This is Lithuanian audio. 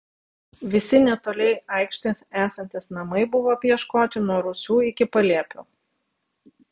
visi netoli aikštės esantys namai buvo apieškoti nuo rūsių iki palėpių